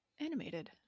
Animated